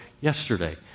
yesterday